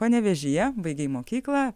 panevėžyje baigei mokyklą